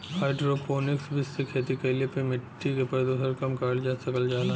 hydroponics विधि से खेती कईले पे मट्टी के प्रदूषण कम करल जा सकल जाला